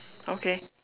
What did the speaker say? okay